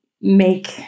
make